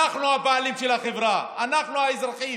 אנחנו הבעלים של החברה, אנחנו האזרחים,